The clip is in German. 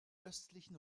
östlichen